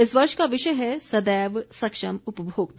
इस वर्ष का विषय है सदैव सक्षम उपभोक्ता